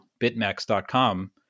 bitmax.com